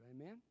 amen